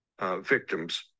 victims